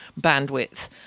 bandwidth